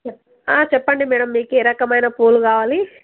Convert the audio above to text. చెప్పండి మ్యాడమ్ మీకు ఏ రకమైన పూలు కావాలి